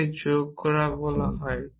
যাকে যোগ বলা হয়